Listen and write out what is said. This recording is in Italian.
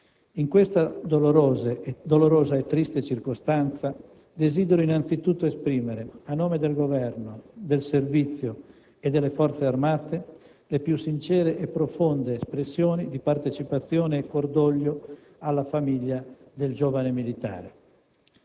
In questa dolorosa e triste circostanza desidero innanzitutto esprimere, a nome del Governo, del Servizio e delle Forze armate, le più sincere e profonde espressioni dì partecipazione e cordoglio alla famiglia del giovane militare.